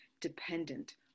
dependent